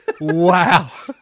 Wow